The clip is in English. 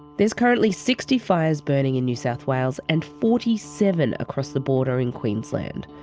there's currently sixty fires burning in new south wales and forty seven across the border in queensland.